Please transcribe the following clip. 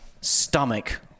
stomach